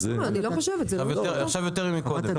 עכשיו יותר מקודם.